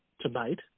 tonight